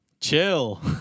Chill